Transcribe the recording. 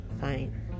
fine